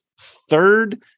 third